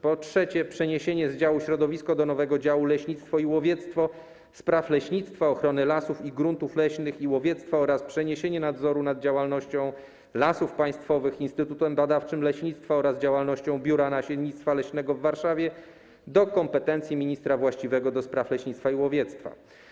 Po trzecie, przeniesienie z działu: środowisko do nowego działu: leśnictwo i łowiectwo spraw leśnictwa, ochrony lasów i gruntów leśnych i łowiectwa oraz przeniesienie nadzoru nad działalnością Lasów Państwowych, Instytutem Badawczym Leśnictwa oraz działalnością Biura Nasiennictwa Leśnego w Warszawie do kompetencji ministra właściwego do spraw leśnictwa i łowiectwa.